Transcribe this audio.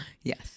yes